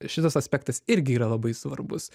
šitas aspektas irgi yra labai svarbus